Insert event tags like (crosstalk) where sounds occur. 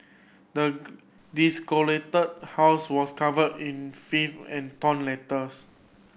the (unintelligible) house was covered in filth and torn letters